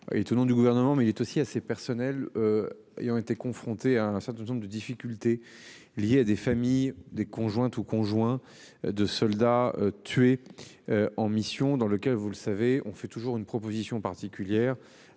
Est nom du gouvernement mais il est aussi assez personnels. Ayant été confronté à un certain nombre de difficultés liées à des familles des conjointe ou conjoint de soldats tués. En mission dans lequel vous le savez on fait toujours une proposition particulière.